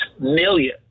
million